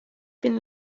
been